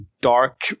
dark